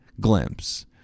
glimpse